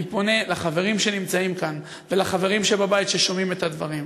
אני פונה לחברים שנמצאים כאן ולחברים שבבית ששומעים את הדברים: